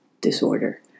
disorder